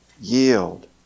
yield